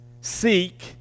Seek